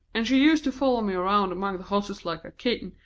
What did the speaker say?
and she used to follow me round among the hosses like a kitten.